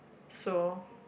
so